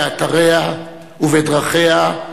באתריה ובדרכיה,